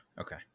Okay